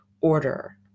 order